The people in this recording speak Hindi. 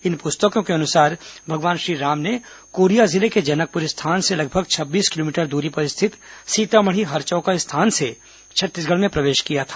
इन पुस्तकों के अनुसार भगवान श्रीराम ने कोरिया जिले के जनकपुर स्थान से लगभग छब्बीस किलोमीटर दूरी पर स्थित सीतामढ़ी हरचौका स्थान से छत्तीसगढ़ में प्रवेश किया था